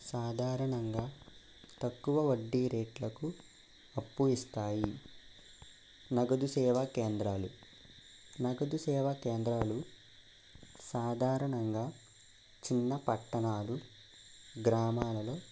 సాధారణంగా తక్కువ వడ్డీరేట్లకు అప్పు ఇస్తాయి నగదు సేవా కేంద్రాలు నగదు సేవా కేంద్రాలు సాధారణంగా చిన్న పట్టణాలు గ్రామాలలో